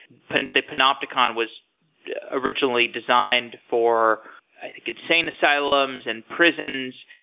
and the panopticon was originally designed for contained asylums, and prisons,